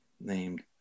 named